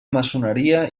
maçoneria